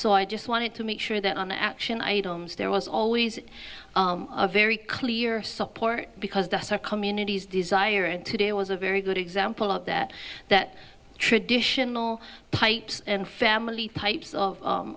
so i just wanted to make sure that on action items there was always a very clear support because that's our community's desire and today was a very good example of that that traditional pipes and family pipes of